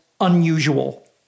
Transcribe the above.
unusual